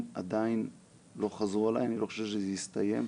עדיין הם לא חזרו אליי, אני לא חושב שזה הסתיים.